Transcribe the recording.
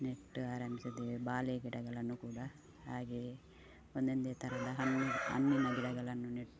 ನೆಟ್ಟು ಆರಂಭಿಸಿದ್ದೇವೆ ಬಾಳೆ ಗಿಡಗಳನ್ನೂ ಕೂಡಾ ಹಾಗೆಯೇ ಒಂದೊಂದೇ ಥರದ ಹಣ್ಣಿ ಹಣ್ಣಿನ ಗಿಡಗಳನ್ನು ನೆಟ್ಟು